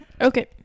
okay